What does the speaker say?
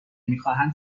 میخواهند